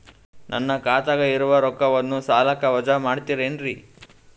ನನ್ನ ಖಾತಗ ಇರುವ ರೊಕ್ಕವನ್ನು ಸಾಲಕ್ಕ ವಜಾ ಮಾಡ್ತಿರೆನ್ರಿ?